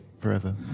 forever